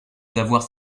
d’avoir